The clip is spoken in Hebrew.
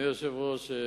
אדוני היושב-ראש,